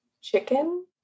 chicken